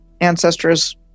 ancestors